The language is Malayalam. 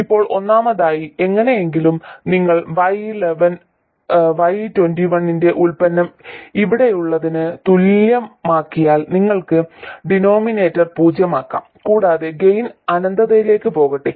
ഇപ്പോൾ ഒന്നാമതായി എങ്ങനെയെങ്കിലും നിങ്ങൾ y11 y21 ന്റെ ഉൽപ്പന്നം ഇവിടെയുള്ളതിന് തുല്യമാക്കിയാൽ നിങ്ങൾക്ക് ഡിനോമിനേറ്റർ പൂജ്യമാക്കാം കൂടാതെ ഗെയിൻ അനന്തതയിലേക്ക് പോകട്ടെ